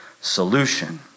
solution